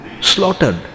slaughtered